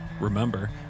Remember